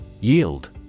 Yield